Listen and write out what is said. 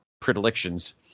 predilections